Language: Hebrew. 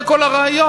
זה כל הרעיון.